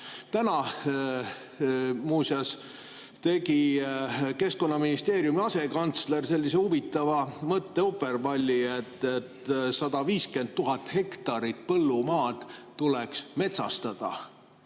Täna tegi Keskkonnaministeeriumi asekantsler muuseas sellise huvitava mõtteuperpalli, et 150 000 hektarit põllumaad tuleks metsastada.